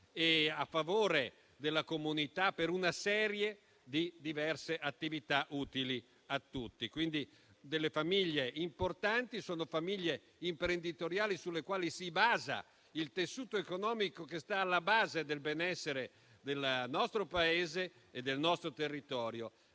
a favore della comunità, per una serie di diverse attività utili a tutti. Si tratta quindi di famiglie importanti, imprenditoriali, sulle quali si fonda il tessuto economico che sta alla base del benessere del nostro Paese e del nostro territorio.